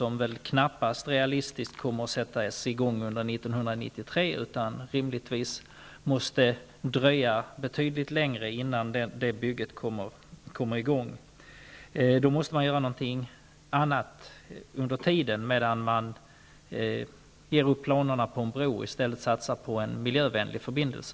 Det är väl knappast realistiskt att tro att den kommer att sättas i gång under 1993. Rimligtvis måste det dröja betydligt längre innan det bygget kommer i gång. Då måste man göra någonting annat under tiden, medan man ger upp planerna på en bro och i stället satsar på en miljövänlig förbindelse.